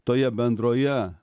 toje bendroje